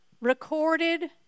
recorded